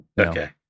Okay